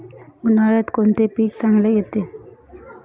उन्हाळ्यात कोणते पीक चांगले येते?